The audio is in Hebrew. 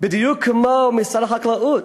בדיוק כמו משרד החקלאות,